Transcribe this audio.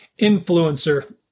influencer